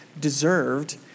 deserved